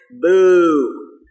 boo